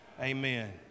Amen